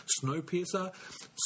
Snowpiercer